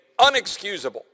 unexcusable